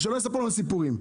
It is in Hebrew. ושלא יספרו לנו סיפורים.